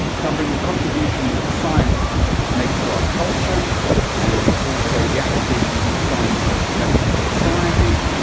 covering the contributions that science makes to our culture and also the applications of science that benefit society,